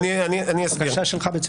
זאת בקשה שלך.